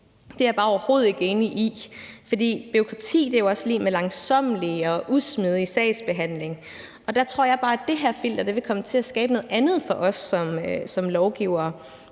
Det er jeg bare overhovedet ikke enig i, for bureaukrati er jo også lig med langsommelig og usmidig sagsbehandling, og der tror jeg bare, at det her filter vil komme til at skabe noget andet for os som lovgivere.